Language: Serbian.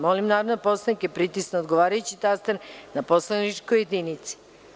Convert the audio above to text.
Molim narodne poslanike da pritisnu odgovarajući taster na poslaničkoj jedinici.